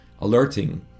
alerting